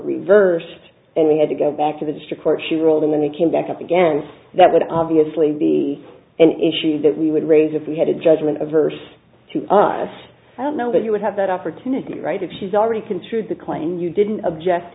reversed and we had to go back to the district court she rolled and then it came back up again that would obviously be an issue that we would raise if we had a judgment a verse to us i don't know that you would have that opportunity right if she's already construed the claim and you didn't object